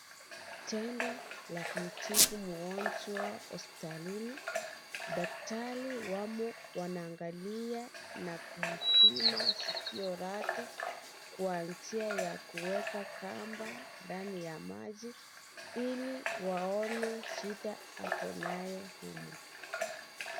Tendo la kumtibu mgonjwa hospitalini. Daktari wamo wanaangalia na kupima sikio lake, kwa njia ya kuweka kamba ndani ya maji. Ili waone shida ako nayo huyu.